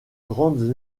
grandes